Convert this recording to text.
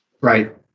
Right